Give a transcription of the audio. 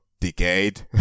decade